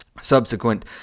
Subsequent